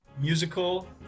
musical